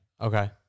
Okay